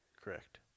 correct